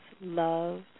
love